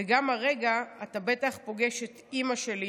וגם הרגע אתה בטח פוגש את אימא שלי